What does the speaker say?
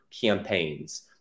campaigns